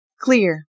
clear